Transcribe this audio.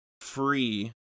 free